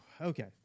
okay